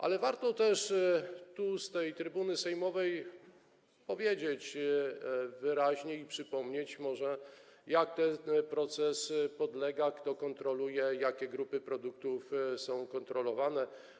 Ale warto też z trybuny sejmowej powiedzieć wyraźnie i przypomnieć może, komu ten proces podlega, kto kontroluje, jakie grupy produktów są kontrolowane.